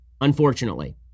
unfortunately